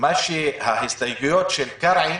ההסתייגויות של קרעי